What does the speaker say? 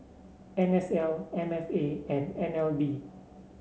N S L M F A and N L B